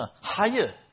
higher